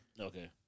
Okay